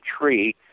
tree